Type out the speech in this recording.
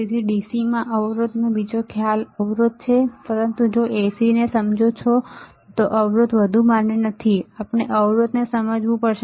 તેથી DC માં અવરોધ નો બીજો ખ્યાલ અવરોધ છે પરંતુ જો તમે AC ને સમજો છો તો અવરોધ વધુ માન્ય નથી અને આપણે અવરોધ ને સમજવું પડશે